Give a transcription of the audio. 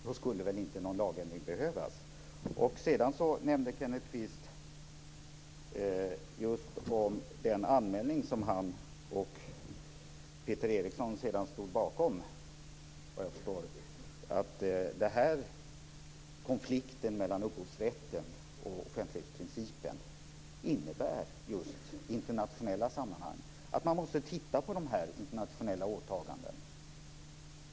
Då skulle väl inte någon lagändring behövas. Erikssons anmälan av att konflikten mellan upphovsrätten och offentlighetsprincipen i internationella sammanhang medför att man måste titta på de internationella åtagandena.